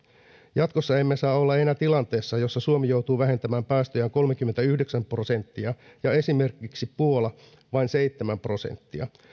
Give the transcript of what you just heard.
jatkossa emme saa olla enää tilanteessa jossa suomi joutuu vähentämään päästöjään kolmekymmentäyhdeksän prosenttia ja esimerkiksi puola vain seitsemän prosenttia